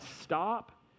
stop